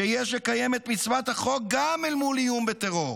שיש לקיים את מצוות החוקה גם אל מול איום בטרור'.